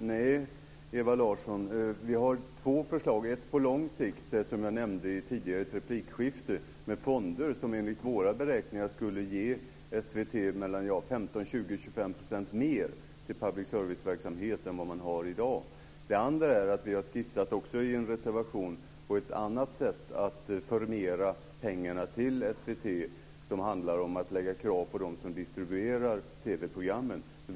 Nej, Ewa Larsson, vi har två förslag. Ett på lång sikt, som jag nämnde i ett tidigare replikskifte, med fonder som enligt våra beräkningar skulle ge SVT 15-25 % mer till public service-verksamhet än man har i dag. Det andra är att vi, också i en reservation, har skissat på ett annat sätt att förmera pengarna till SVT. Det handlar om att ställa krav på dem som distribuerar TV-programmen.